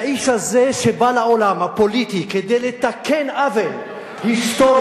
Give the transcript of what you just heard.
האיש הזה שבא לעולם הפוליטי כדי לתקן עוול היסטורי,